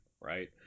right